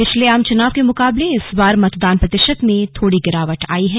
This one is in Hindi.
पिछले आम चुनाव के मुकाबले इस बार मतदान प्रतिशत में थोड़ी गिरावट आयी है